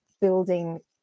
building